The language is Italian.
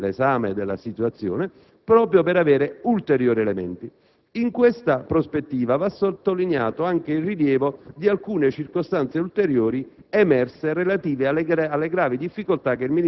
La Giunta però ha preferito approfondire l'esame della situazione, proprio per avere altri elementi. In questa prospettiva, va sottolineato anche il rilievo di alcune circostanze ulteriori